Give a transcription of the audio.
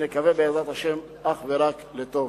ונקווה בעזרת השם אך ורק לטוב.